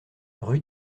rue